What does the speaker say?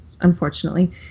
unfortunately